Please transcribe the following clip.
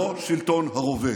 לא שלטון הרובה.